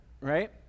right